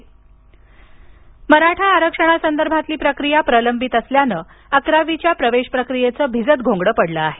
अकरावी मराठा आरक्षणासंदर्भातील प्रक्रिया प्रलंबित असल्यानं अकरावीच्या प्रवेश प्रक्रियेचं भिजत घोंगडं पडलं आहे